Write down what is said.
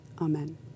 Amen